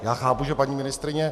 Já chápu, že paní ministryně